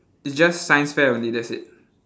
it's just science fair only that's it